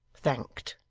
thanked,